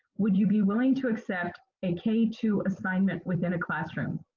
would you be willing to accept a k two assignment within a classroom?